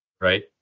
right